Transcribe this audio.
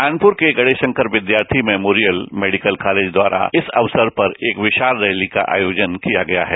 कानपूर के Ganesh Shankar Vidyarthi memorial medical college द्वारा इस अवसर पर एक विशाल रैली का आयोजन किया जा रहा है